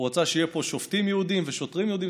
הוא רצה שיהיו פה שופטים יהודים ושוטרים יהודים.